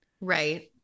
Right